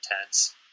intense